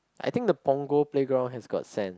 I think the Punggol playground has got sand